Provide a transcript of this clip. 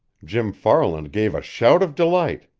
jim farland gave a shout of delight.